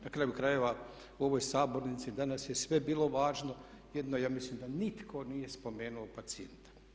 Na kraju krajeva u ovoj sabornici danas je sve bilo važno jedino ja mislim da nitko nije spomenuo pacijenta.